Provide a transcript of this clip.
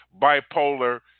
bipolar